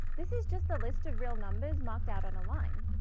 this is just a list of real numbers marked out on a line.